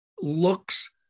looks